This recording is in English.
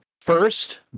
first